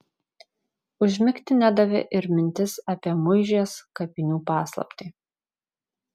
užmigti nedavė ir mintis apie muižės kapinių paslaptį